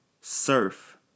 Surf